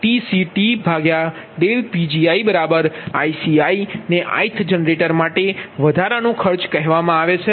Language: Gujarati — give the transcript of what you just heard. TCTPgi ICi ને ith જનરેટર માટે વધારાનો ખર્ચ કહેવામાં આવે છે